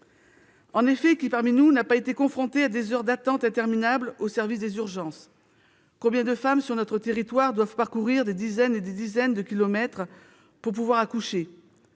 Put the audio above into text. En effet, qui parmi nous n'a pas été confronté à des heures d'attente interminable au service des urgences ? Combien de femmes sur notre territoire doivent parcourir des dizaines et des dizaines de kilomètres pour accoucher ?